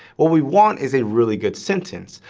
what we want is a really good sentence,